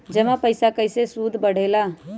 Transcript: जमा पईसा के कइसे सूद बढे ला?